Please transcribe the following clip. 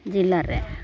ᱡᱤᱞᱟᱨᱮ